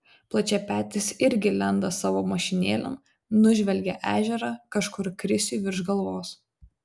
plačiapetis irgi lenda savo mašinėlėn nužvelgia ežerą kažkur krisiui virš galvos